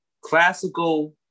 classical